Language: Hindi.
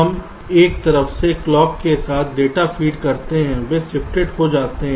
हम एक तरफ से क्लॉक के साथ डेटा फ़ीड करते हैं वे शिफ्टेड हो जाते हैं